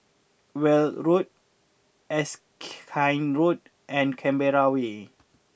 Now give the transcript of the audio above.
Weld Road Erskine Road and Canberra Way